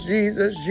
Jesus